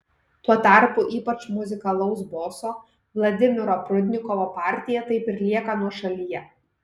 tuo tarpu ypač muzikalaus boso vladimiro prudnikovo partija taip ir lieka nuošalyje